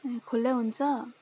ए खुला हुन्छ